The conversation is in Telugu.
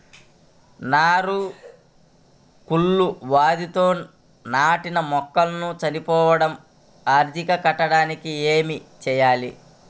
నారు కుళ్ళు వ్యాధితో నాటిన మొక్కలు చనిపోవడం అరికట్టడానికి ఏమి చేయాలి?